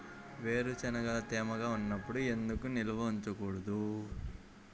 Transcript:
వేరుశనగలు తేమగా ఉన్నప్పుడు ఎందుకు నిల్వ ఉంచకూడదు?